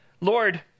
Lord